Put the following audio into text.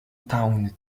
town